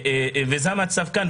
זה המצב כאן.